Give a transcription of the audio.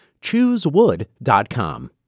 Choosewood.com